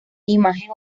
imagen